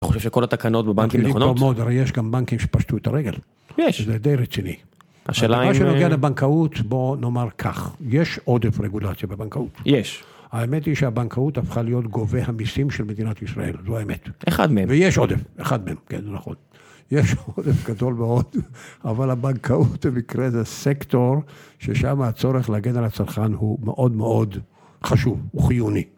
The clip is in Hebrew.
אני חושב שכל התקנות בבנקים נכונות? הרי יש גם בנקים שפשטו את הרגל. יש. זה די רציני. השאלה אם... מה שנוגע לבנקאות בוא נאמר ככה, יש עודף רגולציה בבנקאות. יש. האמת היא שהבנקאות הפכה להיות גובה המסים של מדינת ישראל, זו האמת. אחד מהם. ויש עודף, אחד מהם, כן, זה נכון. יש עודף גדול מאוד, אבל הבנקאות במקרה זה סקטור, ששם הצורך להגן על הצרכן הוא מאוד מאוד חשוב. הוא חיוני.